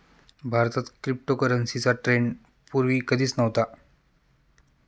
भारतात क्रिप्टोकरन्सीचा ट्रेंड पूर्वी कधीच नव्हता